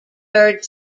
bird